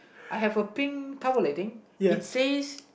I have a pink towel I think it says